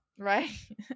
right